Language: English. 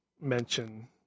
mention